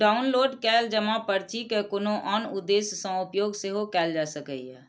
download कैल जमा पर्ची के कोनो आन उद्देश्य सं उपयोग सेहो कैल जा सकैए